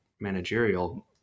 managerial